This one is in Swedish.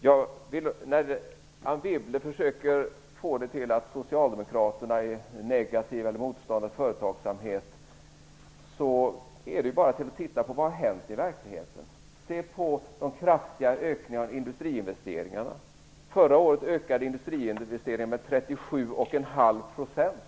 Anne Wibble försöker få det till att Socialdemokraterna är negativa eller motståndare till företagsamhet. Men man kan ju titta på vad som har hänt i verkligheten. Man kan se på de kraftiga ökningarna av industriinvesteringarna. Förra året ökade industriinvesteringarna med 37,5 %.